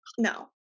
no